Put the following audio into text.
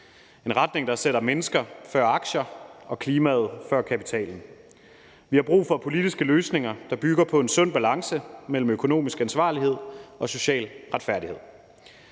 retning, der sætter mennesker før aktier og klimaet før kapitalen. Vi har brug for politiske løsninger, der bygger på en sund balance mellem økonomisk ansvarlighed og social retfærdighed.